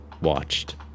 watched